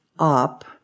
Up